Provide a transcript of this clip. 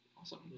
Awesome